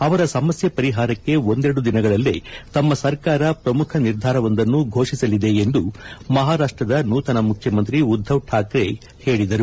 ಅವರ ಸಮಸ್ಥೆ ಪರಿಹಾರಕ್ಕೆ ಒಂದೆರಡು ದಿನಗಳಲ್ಲೇ ತಮ್ನ ಸರ್ಕಾರ ಪ್ರಮುಖ ನಿರ್ಧಾರವೊಂದನ್ನು ಘೋಷಿಸಲಿದೆ ಎಂದು ಮಹಾರಾಷ್ಟದ ನೂತನ ಮುಖ್ಯಮಂತ್ರಿ ಉದ್ಧವ್ ಠಾಕ್ರೆ ಹೇಳಿದರು